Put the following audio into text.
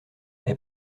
est